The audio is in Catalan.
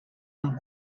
amb